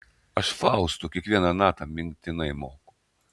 aš fausto kiekvieną natą mintinai moku